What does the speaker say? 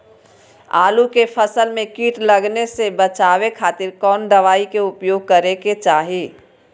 आलू के फसल में कीट लगने से बचावे खातिर कौन दवाई के उपयोग करे के चाही?